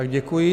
Děkuji.